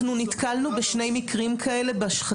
בחצי השנה האחרונה נתקלנו בשני מקרים כאלה.